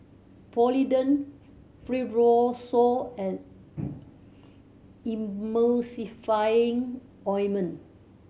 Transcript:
Polident Fibrosol and Emulsying Ointment